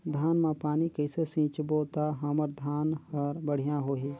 धान मा पानी कइसे सिंचबो ता हमर धन हर बढ़िया होही?